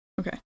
Okay